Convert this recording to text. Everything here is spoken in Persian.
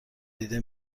دیده